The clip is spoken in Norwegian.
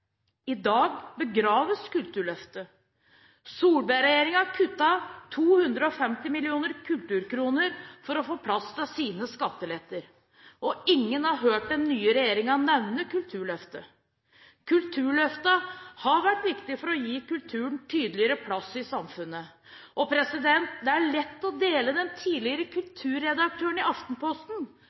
I dag begraves Kulturløftet. Solberg-regjeringen kuttet 250 mill. kulturkroner for å få på plass sine skatteletter, og ingen har hørt den nye regjeringen nevne Kulturløftet. Kulturløftet har vært viktig for å gi kulturen tydeligere plass i samfunnet. Det er lett å dele tidligere kulturredaktør i Aftenposten,